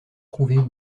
trouver